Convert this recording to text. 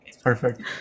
Perfect